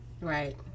Right